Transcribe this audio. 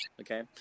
Okay